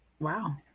wow